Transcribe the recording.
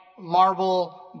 marble